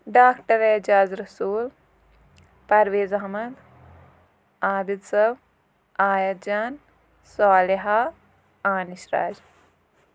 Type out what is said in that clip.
doctor Aijaz Rasool Parvez Ahmad Abid sahab Ayat Jan Saliha Anis Raj